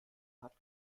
hat